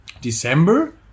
December